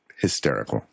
hysterical